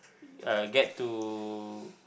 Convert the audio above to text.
uh get to